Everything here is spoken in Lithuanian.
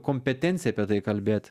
kompetenciją apie tai kalbėt